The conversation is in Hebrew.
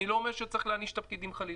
אני לא אומר שצריך להעניש את הפקידים, חלילה.